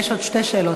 יש עוד שתי שאלות.